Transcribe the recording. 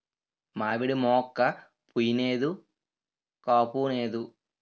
మావిడి మోక్క పుయ్ నేదు కాపూనేదు